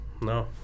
no